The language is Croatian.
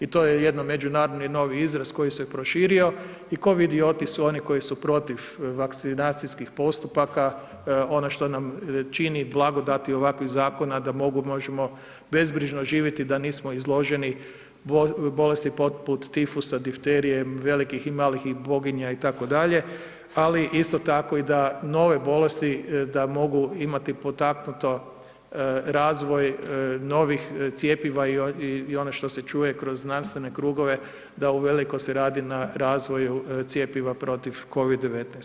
I to je jedno međunarodno novi izraz koji se proširio i kovidioti su oni koji su protiv vakcinacijskih postupaka, ono što nam čini blagodati ovakvih zakona, da mogu, možemo bezbrižno živjeti, da nismo izloženi bolesti poput tifusa, difterije, velikih i malih boginja, itd., ali isto tako i da nove bolesti da mogu imati potaknuto razvoj novih cjepiva i ono se čuje kroz znanstvene krugove, da uveliko se radi na razvoju cjepiva protiv COVID-19.